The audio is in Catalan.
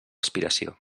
aspiració